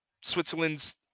Switzerland's